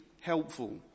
helpful